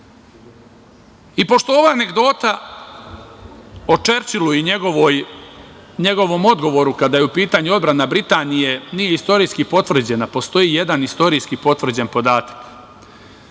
Pošto ova anegdota u Čerčilu i njegovom odgovoru, kada je u pitanju odbrana Britanije, nije istorijski potvrđena, postoji jedan istorijski potvrđen podatak. Na